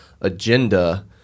agenda